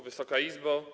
Wysoka Izbo!